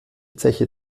zeche